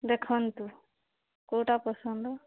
ଦେଖନ୍ତୁ କେଉଁଟା ପସନ୍ଦ